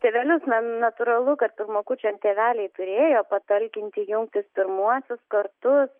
tėvelius na natūralu kad pirmokučiam tėveliai turėjo patalkinti jungtis pirmuosius kartus